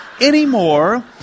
anymore